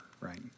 right